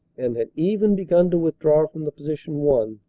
and had even begun to withdraw from the position won,